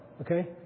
Okay